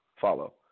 follow